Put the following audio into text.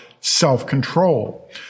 self-control